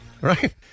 right